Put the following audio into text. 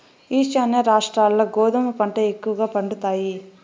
ఈశాన్య రాష్ట్రాల్ల గోధుమ పంట ఎక్కువగా పండుతాయి